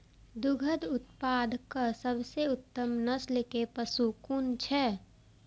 दुग्ध उत्पादक सबसे उत्तम नस्ल के पशु कुन छै?